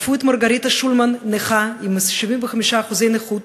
תקפו את מרגריטה שולמן, נכה עם 75% נכות,